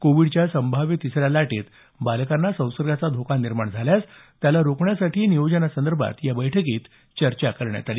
कोविडच्या संभाव्य तिसऱ्या लाटेत बालकांना संसर्गाचा धोका निर्माण झाल्यास त्याला रोखण्यासाठी नियोजनासंदर्भात या बैठकीत चर्चा करण्यात आली